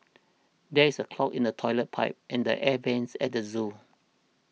there is a clog in the Toilet Pipe and the Air Vents at the zoo